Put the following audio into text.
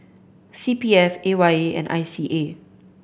C P F A Y E and I C A